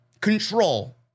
Control